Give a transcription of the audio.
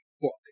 book